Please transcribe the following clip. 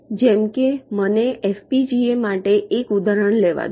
જેમ કે મને એફપીજીએ માટે એક ઉદાહરણ લેવા દો